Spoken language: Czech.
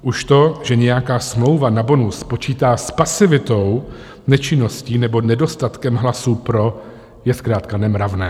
Už to, že nějaká smlouva na bonus počítá s pasivitou, nečinností nebo nedostatkem hlasů pro, je zkrátka nemravné.